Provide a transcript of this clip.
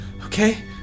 Okay